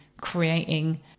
creating